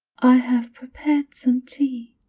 i have prepared some tea,